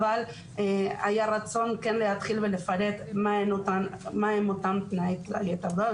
אבל היה רצון להתחיל ולפרט מה הם אותם תנאי תברואה.